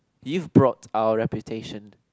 you've brought our reputation